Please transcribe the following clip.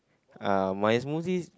ah my smoothies